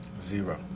Zero